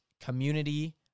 community